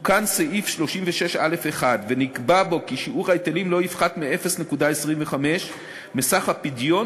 תוקן סעיף 36(א1) ונקבע בו כי שיעור ההיטלים לא יפחת מ-0.25% מסך הפדיון